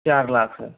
चार लाख सर